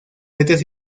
letras